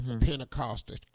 Pentecostal